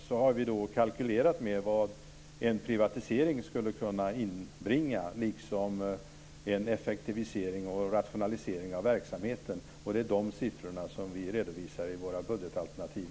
Vi har kalkylerat med vad en privatisering skulle kunna inbringa liksom en effektivisering och rationalisering av verksamheten. Det är de siffrorna som vi redovisar i våra budgetalternativ.